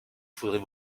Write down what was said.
faudrait